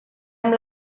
amb